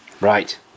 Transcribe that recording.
Right